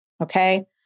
okay